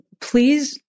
please